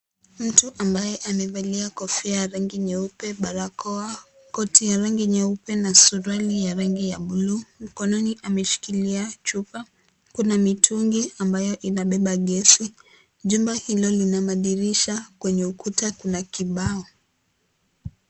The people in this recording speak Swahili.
Mtu ambaye amevalia kofia la rangi nyeupe, barakoa, koti ya rangi nyeupe na suruali ya rangi ya buluu. Mkononi ameshikilia chupa. Kuna mitungi ambayo inabeba gesi. Jumba hilo lina madirisha, Kwenye ukuta kuna kibao.